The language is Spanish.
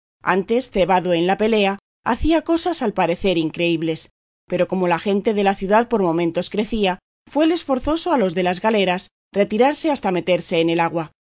antes cebado en la pelea hacía cosas al parecer increíbles pero como la gente de la ciudad por momentos crecía fueles forzoso a los de las galeras retirarse hasta meterse en el agua